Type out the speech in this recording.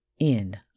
End